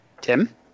Tim